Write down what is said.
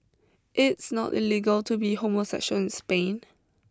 it's not illegal to be homosexual in Spain